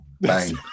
Bang